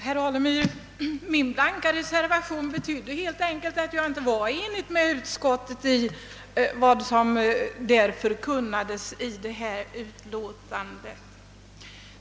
Herr talman! Min blanka reservation betydde helt enkelt att jag inte var enig med utskottet i vad som förkunnades i utlåtandet.